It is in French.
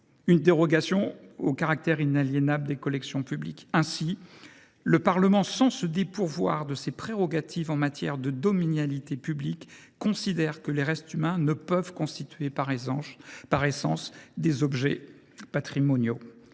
une dérogation au caractère inaliénable des collections publiques. Ainsi, le Parlement, sans se dépourvoir de ses prérogatives en matière de domanialité publique, considère que les restes humains, par essence, ne peuvent pas constituer des objets patrimoniaux.